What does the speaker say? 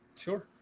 Sure